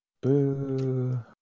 Boo